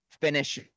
finish